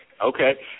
Okay